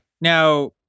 Now